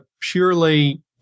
purely